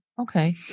Okay